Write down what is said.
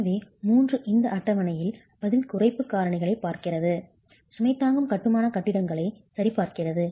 எனவே 3 இந்த அட்டவணையில் பதில் குறைப்பு காரணிகளைப் பார்க்கிறது சுமை தாங்கும் கட்டுமான கட்டிடங்களை சரி பார்க்கிறது